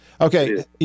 Okay